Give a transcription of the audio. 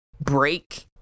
break